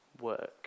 work